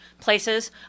places